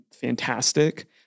fantastic